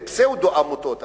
פסאודו-עמותות,